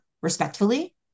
respectfully